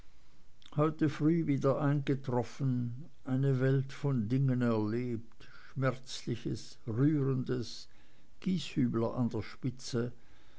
heute früh wieder eingetroffen eine welt von dingen erlebt schmerzliches rührendes gieshübler an der spitze